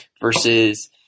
versus